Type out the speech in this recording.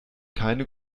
keine